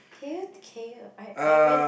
can you can you I I